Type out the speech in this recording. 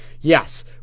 yes